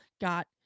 got